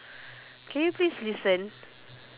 can you please listen